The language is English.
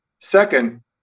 Second